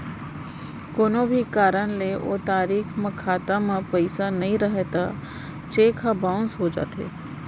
कोनो भी कारन ले ओ तारीख म खाता म पइसा नइ रहय त चेक ह बाउंस हो जाथे